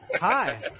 Hi